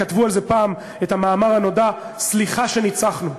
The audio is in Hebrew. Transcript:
כתבו על זה פעם את המאמר הנודע "סליחה שניצחנו".